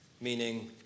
meaning